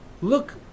Look